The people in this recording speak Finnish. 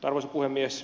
arvoisa puhemies